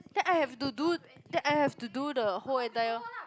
then I have to do then I have to do the whole entire